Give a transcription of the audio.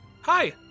Hi